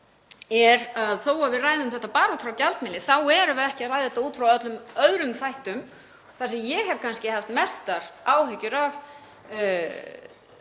þá erum við ekki að ræða þetta út frá öllum öðrum þáttum. Það sem ég hef kannski haft mestar áhyggjur af